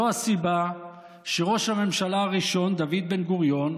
זו הסיבה שראש הממשלה הראשון, דוד בן-גוריון,